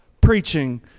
preaching